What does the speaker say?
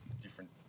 different